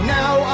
now